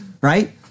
right